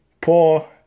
poor